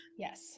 Yes